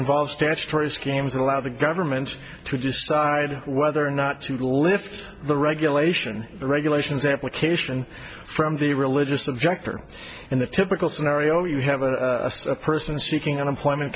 involve statutory schemes allow the government to decide whether or not to lift the regulation the regulations application from the religious subject or in the typical scenario you have a person seeking unemployment